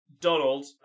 Donald